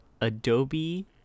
Adobe